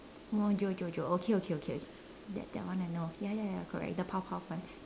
Mojojojo okay okay okay that that one I know ya ya ya correct the Powerpuff one